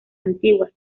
antiguas